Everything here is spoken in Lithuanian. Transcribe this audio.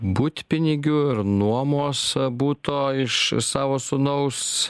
butpinigių ir nuomos buto iš savo sūnaus